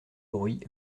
bruit